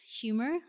humor